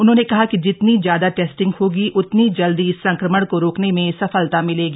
उन्होंने कहा कि जितनी ज्यादा टेस्टिंग होगी उतनी जल्दी संक्रमण को रोकने में सफलता मिलेगी